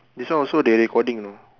this one also they recording you know